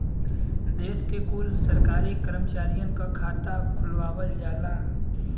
देश के कुल सरकारी करमचारियन क खाता खुलवावल जाला